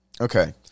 okay